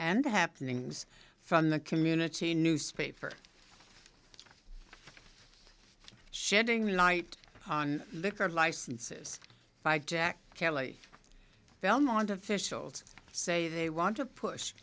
and happenings from the community newspaper shedding light on liquor licenses by jack kelley belmont officials say they want to push